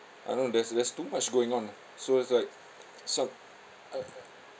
I know there's there's too much going on so it's like som~ uh